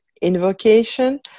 invocation